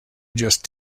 just